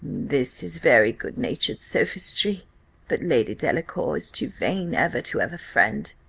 this is very good-natured sophistry but lady delacour is too vain ever to have a friend,